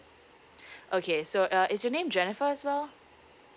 okay so uh is your name jennifer as well